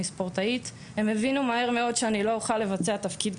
ספורטאית הם הבינו מהר מאוד שלא אוכל לבצע את תפקידי